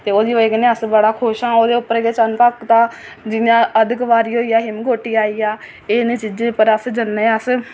ते ओह्दी बजह् कन्नै अस बड़ा खुश आं ओह्दे उप्पर गै चरण पादुका जि'यां अर्धकुंवारी होई गेआ हिमकोटि आई गेआ एह् इ'नें जगहें पर जन्ने अस